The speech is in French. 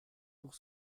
pour